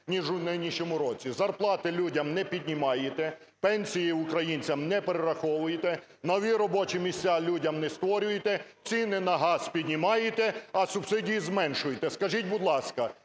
ніж у нинішньому році. Зарплати людям не піднімаєте, пенсії українцям не перераховуєте, нові робочі місця людям не створюєте, ціни на газ піднімаєте, а субсидії зменшуєте. Скажіть, будь ласка,